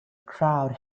crowd